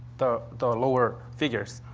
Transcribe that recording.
the the lower figures.